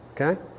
Okay